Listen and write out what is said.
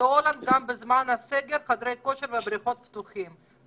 בהולנד גם בזמן הסגר חדרי הכושר והבריכות פתוחים,